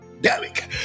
Derek